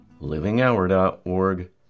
livinghour.org